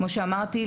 כמו שאמרתי,